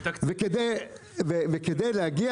כדי להגיע